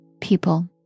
people